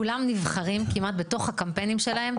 כולם נבחרים כמעט בתוך הקמפיינים שלהם,